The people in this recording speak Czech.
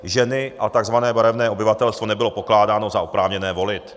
Ženy a tzv. barevné obyvatelstvo nebylo pokládáno za oprávněné volit.